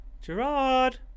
Gerard